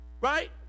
right